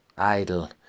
Idle